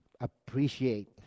appreciate